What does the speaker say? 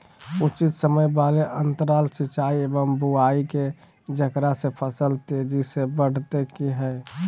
उचित समय वाले अंतराल सिंचाई एवं बुआई के जेकरा से फसल तेजी से बढ़तै कि हेय?